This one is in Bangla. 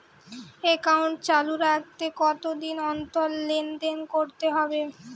একাউন্ট চালু রাখতে কতদিন অন্তর লেনদেন করতে হবে?